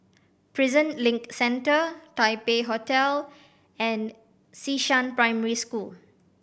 Prison Link Centre Taipei Hotel and Xishan Primary School